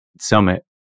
summit